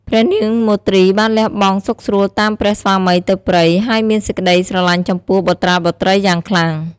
ព្រះនាងមទ្រីបានលះបង់សុខស្រួលតាមព្រះស្វាមីទៅព្រៃ ហើយមានសេចក្តីស្រឡាញ់ចំពោះបុត្រាបុត្រីយ៉ាងខ្លាំង។